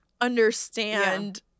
understand